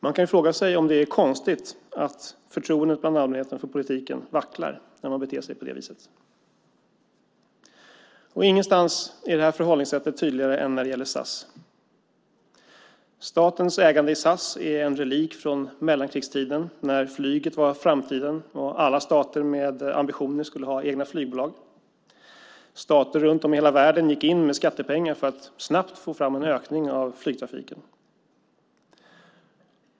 Man kan fråga sig om det är konstigt att förtroendet hos allmänheten för politiken vacklar när man beter sig på det viset. Och ingenstans är det här förhållningssättet tydligare än när det gäller SAS. Statens ägande i SAS är en relik från mellankrigstiden när flyget var framtiden och alla stater med ambitioner skulle ha egna flygbolag. Stater runt om i hela världen gick in med skattepengar för att snabbt få fram en ökning av flygtrafiken.